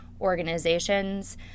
organizations